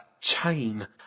chain